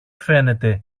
φαίνεται